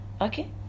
Okay